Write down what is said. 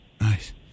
Nice